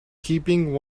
keeping